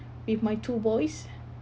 with my two boys